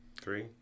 three